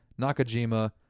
Nakajima